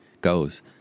goes